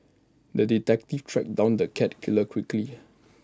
the detective tracked down the cat killer quickly